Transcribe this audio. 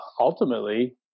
ultimately